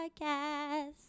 podcast